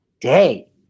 day